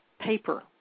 paper